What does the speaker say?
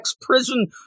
prison